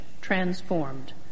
transformed